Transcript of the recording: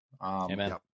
Amen